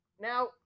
Now